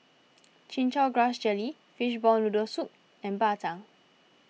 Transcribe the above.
Chin Chow Grass Jelly Fishball Noodle Soup and Bak Chang